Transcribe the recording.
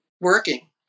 working